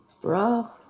bro